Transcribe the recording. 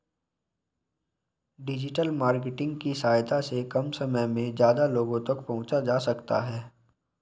digital marketing की सहायता से कम समय में ज्यादा लोगो तक पंहुचा जा सकता है